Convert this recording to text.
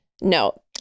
no